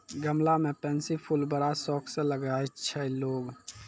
गमला मॅ पैन्सी के फूल बड़ा शौक स लगाय छै लोगॅ